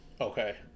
Okay